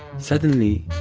suddenly,